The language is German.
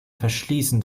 verschließen